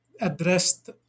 addressed